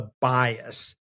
bias